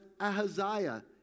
Ahaziah